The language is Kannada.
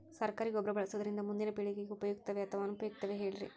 ಸರಕಾರಿ ಗೊಬ್ಬರ ಬಳಸುವುದರಿಂದ ಮುಂದಿನ ಪೇಳಿಗೆಗೆ ಉಪಯುಕ್ತವೇ ಅಥವಾ ಅನುಪಯುಕ್ತವೇ ಹೇಳಿರಿ